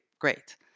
Great